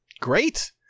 Great